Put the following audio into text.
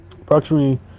Approximately